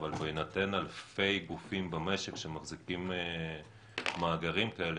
אבל בהינתן אלפי גופים במשק שמחזיקים מאגרים כאלה,